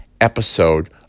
episode